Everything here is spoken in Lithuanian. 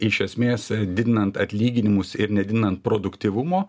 iš esmės didinant atlyginimus ir nedidinant produktyvumo